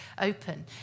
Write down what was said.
open